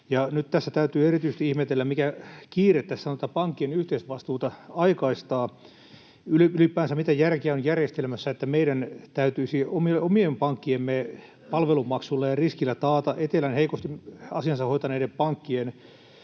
täytyy erityisesti ihmetellä, mikä kiire tässä on tätä pankkien yhteisvastuuta aikaistaa. Ylipäänsä, mitä järkeä on järjestelmässä, että meidän täytyisi omien pankkiemme palvelumaksuilla ja riskillä taata etelän heikosti asiansa hoitaneiden pankkien